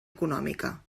econòmica